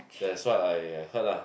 that's what I heard lah